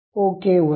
okay ಒತ್ತಿ